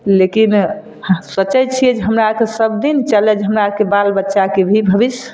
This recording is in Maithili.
लेकिन सोचैत छियै जे हमरा आरके सब दिन चलय जे हमरा आरके बाल बच्चाके भी भबिष्य